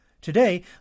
Today